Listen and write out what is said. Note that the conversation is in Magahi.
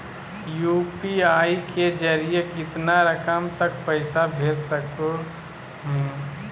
यू.पी.आई के जरिए कितना रकम तक पैसा भेज सको है?